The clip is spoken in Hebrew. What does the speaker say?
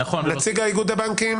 נציג איגוד הבנקים,